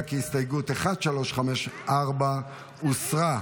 הסתייגות 1354 הוסרה.